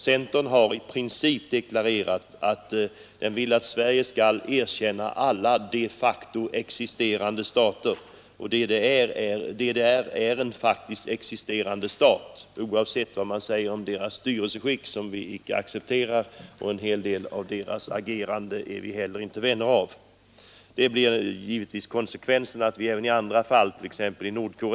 Centern har i princip deklarerat att den vill att Sverige skall erkänna alla de facto existerande stater, och DDR är en faktiskt existerande stat, oavsett vad man säger om dess styrelseskick, som vi icke accepterar, och en hel del av DDR:s agerande som vi heller inte är vänner av. Konsekvensen blir givetvis att vi anser att ett erkännande bör ske även i andra fall.